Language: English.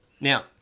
Now